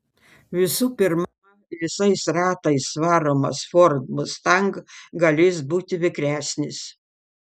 visų pirma visais ratais varomas ford mustang galės būti vikresnis